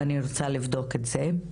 ואני רוצה לבדוק את זה.